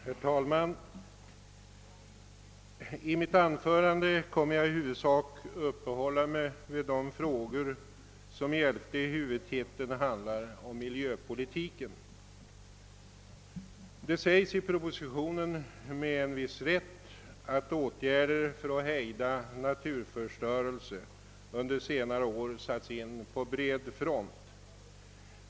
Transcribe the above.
Herr talman! Jag kommer i mitt anförande i huvudsak att uppehålla mig vid de frågor under elfte huvudtiteln vilka berör miljöpolitiken. Det anförs i propositionen med viss rätt att åtgärder för att hejda naturförstörelse under senare år satts in på bred front.